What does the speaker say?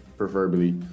Preferably